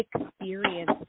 experience